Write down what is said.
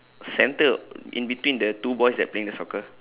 centre in between the two boys that playing the soccer